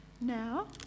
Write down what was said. Now